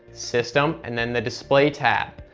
system, and then the display tab.